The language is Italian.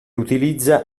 utilizza